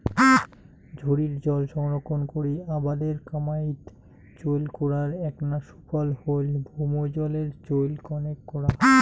ঝড়ির জল সংরক্ষণ করি আবাদের কামাইয়ত চইল করার এ্যাকনা সুফল হইল ভৌমজলের চইল কণেক করা